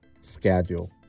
schedule